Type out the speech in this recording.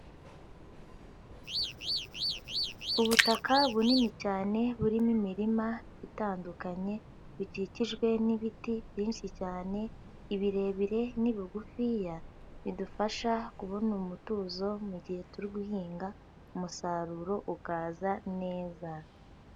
Ubutaka bunini cyane burimo imirima itandukanye, bukikijwe n'ibiti byinshi cyane, ibirebire n'ibigufiya bidufasha kubona umutuzo mu gihe turi guhinga, umusaruro ukaza neza.